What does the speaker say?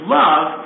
love